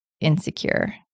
insecure